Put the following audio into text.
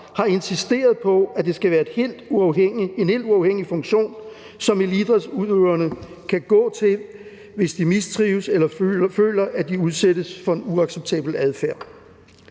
har insisteret på, at det skal være en helt uafhængig funktion, som eliteidrætsudøverne kan gå til, hvis de mistrives eller føler, at de udsættes for en uacceptabel adfærd.